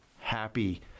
happy